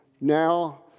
Now